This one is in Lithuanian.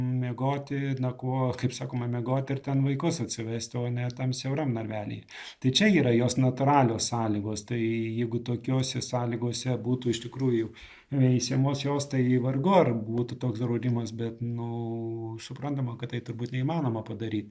miegoti nakvo kaip sakoma miegot ir ten vaikus atsivest o ne tam siauram narvelyje tai čia yra jos natūralios sąlygos tai jeigu tokiose sąlygose būtų iš tikrųjų veisiamos jos tai vargu ar būtų toks draudimas bet nu suprantama kad tai turbūt neįmanoma padaryt